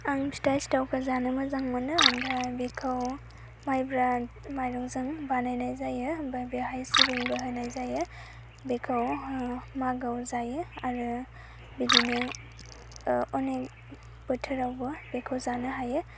आं फिथा सिथावखौ जानो मोजां मोनो ओमफ्राय बेखौ मायब्रा माइरंजों बानायनाय जायो ओमफाय बेहाय सिबिंबो होनाय जायो बेखौ मागोआव जायो आरो बिदिनो अनेख बोथोरावबो बेखौ जानो हायो